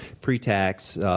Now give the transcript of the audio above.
pre-tax